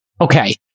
Okay